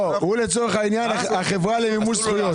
הוא לצורך העניין החברה למימוש זכויות.